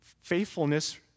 Faithfulness